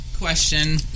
question